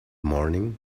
morning